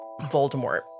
Voldemort